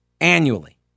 annually